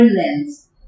lens